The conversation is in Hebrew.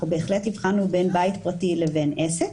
בהחלט ביצענו את ההבחנה בין בית פרטי לבין עסק,